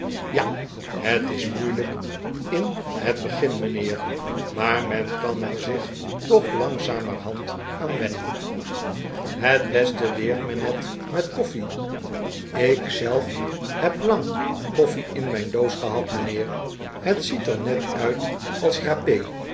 ja het is moeilijk in het begin mijnheer maar men kan er zich toch langzamerhand aan wennen het beste leert men het met koffie ik zelf heb lang koffie in mijn doos gehad mijnheer het ziet er net uit als rape